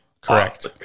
Correct